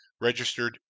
Registered